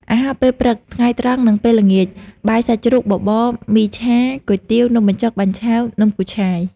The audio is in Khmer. អាហារពេលព្រឹក ថ្ងៃត្រង់នឹងពេលល្ងាច បាយសាច់ជ្រូក បបរ មីឆា គុយទាវ នំបញ្ចុក បាញ់ឆែវ នំគូឆាយ ។